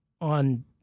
on